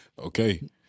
Okay